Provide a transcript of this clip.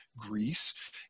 Greece